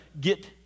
get